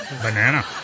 Banana